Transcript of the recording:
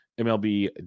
MLB